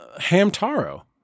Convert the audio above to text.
Hamtaro